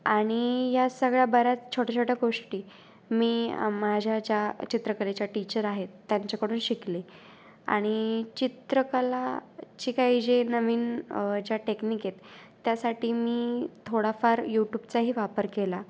आणि या सगळ्या बऱ्याच छोट्या छोट्या गोष्टी मी माझ्या ज्या चित्रकलेच्या टीचर आहेत त्यांच्याकडून शिकले आणि चित्रकला ची काही जे नवीन ज्या टेक्निक आहेत त्यासाठी मी थोडाफार यूटूब चा ही वापर केला